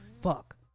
fuck